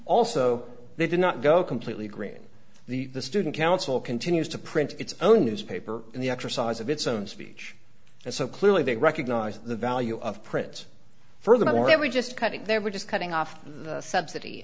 also they did not go completely green the student council continues to print its own newspaper and the exercise of its own speech so clearly they recognize the value of prints furthermore every just cutting there were just cutting off the subsidy